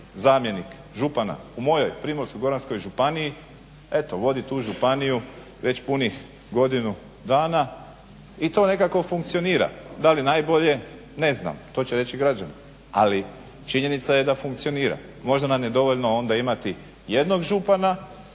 zamjenik župana u mojoj Primorsko-goranskoj županiji eto vodi tu županiju već punih godinu dana i to nekako funkcionira da li najbolje ne znam, to će reći građani ali činjenica je da funkcionira. Možda nam je dovoljno onda imati jednog župana